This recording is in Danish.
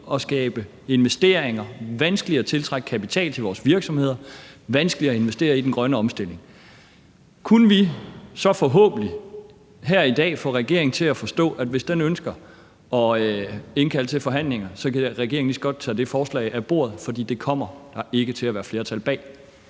at skabe investeringer, vanskeligere at tiltrække kapital til vores virksomheder og vanskeligere at investere i den grønne omstilling. Kunne vi så forhåbentlig her i dag få regeringen til at forstå, at hvis den ønsker at indkalde til forhandlinger, kan den lige så godt tage det forslag af bordet, for det kommer der ikke til at være flertal bag?